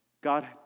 God